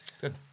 Good